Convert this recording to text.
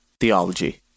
Theology